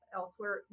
elsewhere